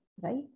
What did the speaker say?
right